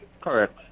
Correct